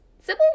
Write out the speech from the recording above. Sybil